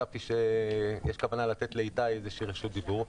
שיש כוונה לתת לאיתי איזושהי רשות דיבור.